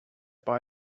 buy